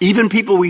even people we